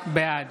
בעד